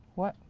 what?